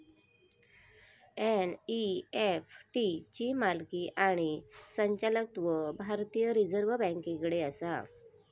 NEFT ची मालकी आणि संचालकत्व भारतीय रिझर्व बँकेकडे आसा